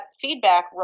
feedback